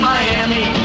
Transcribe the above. Miami